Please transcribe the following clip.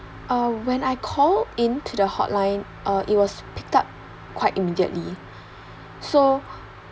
uh when I call in to the hotline uh it was picked up quite immediately